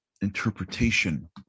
interpretation